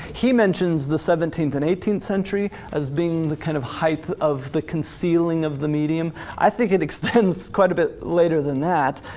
he mentions the seventeenth and eighteenth century as being the kind of heighth of the concealing of the medium. i think it extends quite a bit later than that,